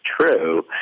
true